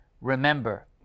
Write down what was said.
Remember